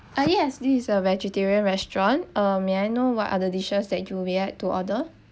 uh yes this is a vegetarian restaurant um may I know what are the dishes that you will like to order